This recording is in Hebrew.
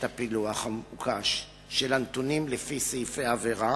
הפילוח המבוקש של הנתונים לפי סעיפי עבירה